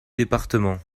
départements